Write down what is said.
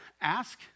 ask